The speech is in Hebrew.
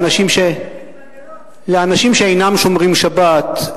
לאנשים שאינם שומרים שבת,